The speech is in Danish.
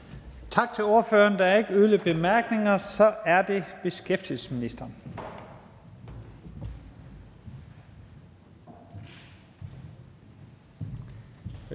Tak til ordføreren. Der er ikke yderligere korte bemærkninger. Så er det beskæftigelsesministeren.